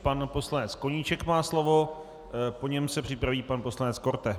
Pan poslanec Koníček má slovo, po něm se připraví pan poslanec Korte.